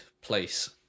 place